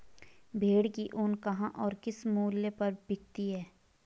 भेड़ की ऊन कहाँ और किस मूल्य पर बिकती है?